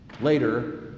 Later